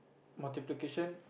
multiplication